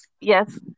Yes